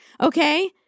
okay